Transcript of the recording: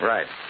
Right